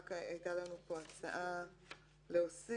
רק הייתה לנו הצעה להוסיף: